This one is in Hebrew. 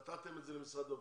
ונתתם את זה למשרד הבריאות?